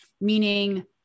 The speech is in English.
meaning